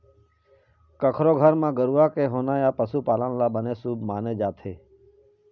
कखरो घर म गरूवा के होना या पशु पालन ल बने शुभ माने जाथे